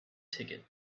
ticket